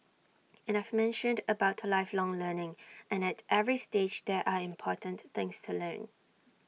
and I've mentioned about lifelong learning and at every stage there are important things to learn